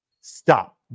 Stop